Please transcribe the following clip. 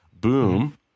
Boom